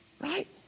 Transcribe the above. Right